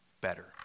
better